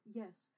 yes